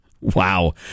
Wow